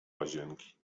łazienki